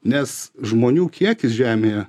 nes žmonių kiekis žemėje